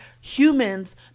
humans